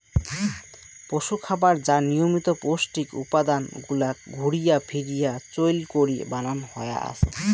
পশুখাবার যা নিয়মিত পৌষ্টিক উপাদান গুলাক ঘুরিয়া ফিরিয়া চইল করি বানান হয়া আছে